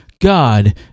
God